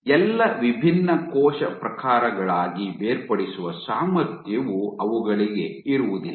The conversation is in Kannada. ಎಲ್ಲಾ ವಿಭಿನ್ನ ಕೋಶ ಪ್ರಕಾರಗಳಾಗಿ ಬೇರ್ಪಡಿಸುವ ಸಾಮರ್ಥ್ಯವು ಅವುಗಳಿಗೆ ಇರುವುದಿಲ್ಲ